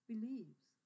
believes